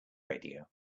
radio